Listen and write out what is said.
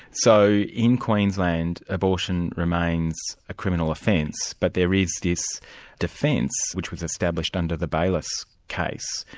so in queensland, abortion remains a criminal offence, but there is this defence, which was established under the bayliss case,